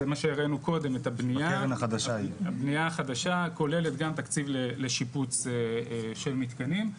בניה חדשה כוללת גם תקציב לשיפוץ של מתקנים.